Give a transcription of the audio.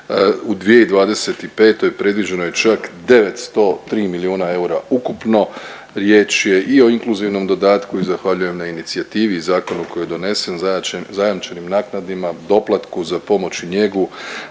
u 2025. predviđeno je čak 903 milijuna eura ukupno, riječ je i o inkluzivnom dodatku i zahvaljujem na inicijativi i zakonu koji je donesen zajam… zajamčenim naknadama, doplatku za pomoć i njegu,